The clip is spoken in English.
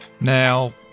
now